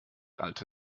alte